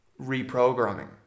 reprogramming